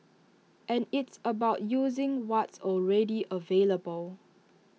and it's about using what's already available